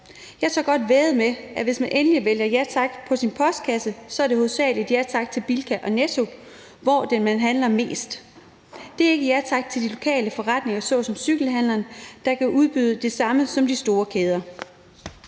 Jeg tør godt vædde på, at hvis man endelig vælger at sætte et ja tak-skilt på sin postkasse, så er det hovedsagelig ja tak til Bilka og Netto, hvor man handler mest. Det er ikke ja tak til de lokale forretninger såsom cykelhandleren, der kan udbyde det samme som de store kæder.